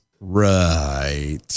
Right